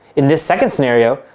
in this second scenario,